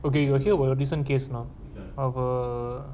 okay you got hear about the recent case or not our